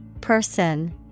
Person